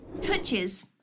touches